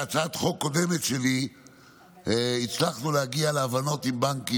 בהצעת חוק קודמת שלי הצלחנו להגיע להבנות עם בנק ישראל.